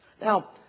Now